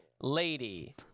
lady